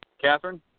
Catherine